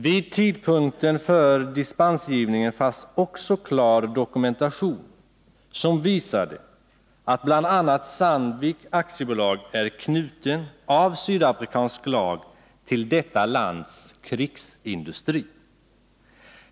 Vid tidpunkten för dispensgivningen fanns också klar dokumentation som visade att bl.a. Sandvik AB av sydafrikansk lag är knutet till detta lands krigsindustri.